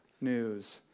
news